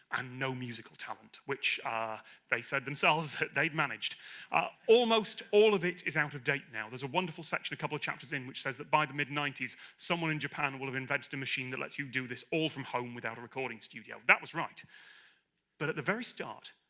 and no musical talent which they said themselves, they've managed ah almost all of it is out of date now, there's a wonderful section a couple of chapters in, which says that by the mid ninety s, someone in japan will have invented a machine that lets you do this all from home without a recording studio. that was right but at the very start,